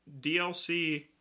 DLC